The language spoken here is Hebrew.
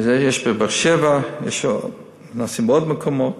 יש בבאר-שבע, אנחנו עושים בעוד מקומות.